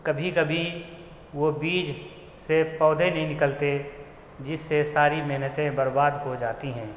کبھی کبھی وہ بیج سے پودھے نہیں نکلتے جس سے ساری محنتیں برباد ہو جاتی ہیں